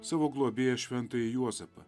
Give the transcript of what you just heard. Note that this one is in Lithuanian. savo globėją šventąjį juozapą